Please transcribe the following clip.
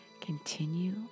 Continue